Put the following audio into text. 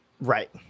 Right